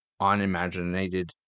unimaginated